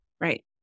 Right